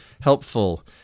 helpful